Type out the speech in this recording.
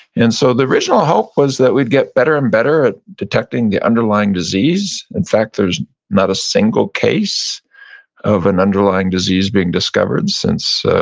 and so, the original hope was that we'd get better and better at detecting the underlying disease. in fact, there's not a single case of an underlying disease being discovered since,